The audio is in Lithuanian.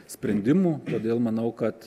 sprendimų todėl manau kad